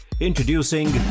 Introducing